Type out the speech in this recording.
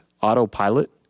Autopilot